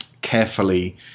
carefully